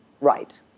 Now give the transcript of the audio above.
Right